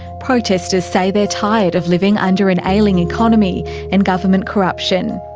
protesters say they are tired of living under an ailing economy and government corruption.